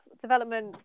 development